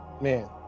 man